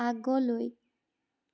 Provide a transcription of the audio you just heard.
আগলৈ